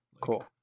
Cool